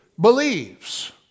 Believes